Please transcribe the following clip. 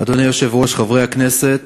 אדוני היושב-ראש, חברי הכנסת,